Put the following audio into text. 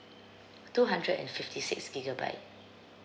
two hundred and fifty six gigabyte